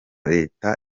leta